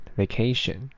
vacation